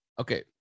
Okay